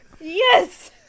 Yes